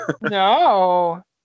No